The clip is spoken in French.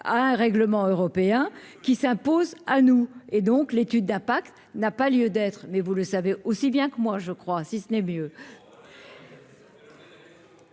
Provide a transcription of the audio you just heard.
à un règlement européen qui s'impose à nous et donc l'étude d'impact n'a pas lieu d'être, mais vous le savez aussi bien que moi, je crois, si nébuleux.